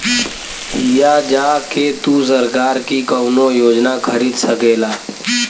हिया जा के तू सरकार की कउनो योजना खरीद सकेला